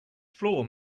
floor